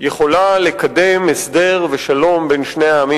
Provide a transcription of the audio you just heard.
יכולה לקדם הסדר ושלום בין שני העמים,